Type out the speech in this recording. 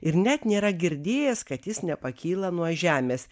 ir net nėra girdėjęs kad jis nepakyla nuo žemės